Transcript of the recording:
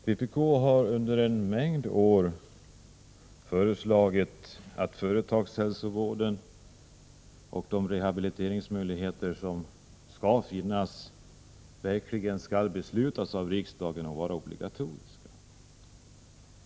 Fru talman! Vpk har under en mängd år föreslagit att riksdagen verkligen skall besluta om den företagshälsovård och de rehabiliteringsmöjligheter som skall finnas och att de skall vara obligatoriska.